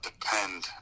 depend